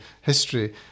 history